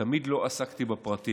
כאיש פוליטי תמיד לא עסקתי בפרטים,